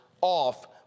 off